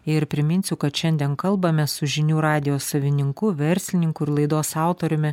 ir priminsiu kad šiandien kalbamės su žinių radijo savininku verslininku ir laidos autoriumi